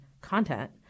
content